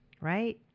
right